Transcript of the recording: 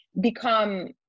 become